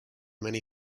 many